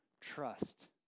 trust